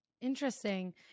Interesting